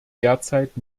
derzeit